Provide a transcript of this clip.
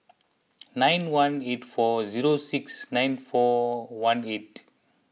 nine one eight four zero six nine four one eight